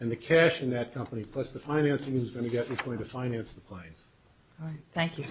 and the cash in that company plus the financing is going to get before the fine if the planes thank you